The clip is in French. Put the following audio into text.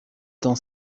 temps